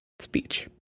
speech